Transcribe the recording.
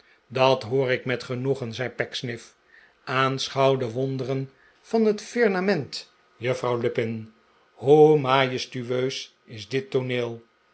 dat hoor ik met genoegen zei pecksniff aanschouw de wonderen van het firmament juffrouw lupin hoe majestueus is dit tooneel